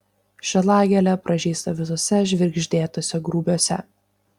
šilagėlė pražysta visuose žvirgždėtuose gūbriuose